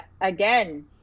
again